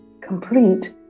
complete